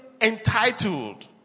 entitled